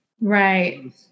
Right